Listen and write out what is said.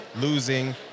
losing